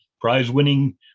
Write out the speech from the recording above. prize-winning